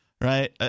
right—